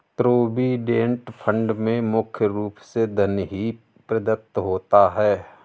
provident fund में मुख्य रूप से धन ही प्रदत्त होता है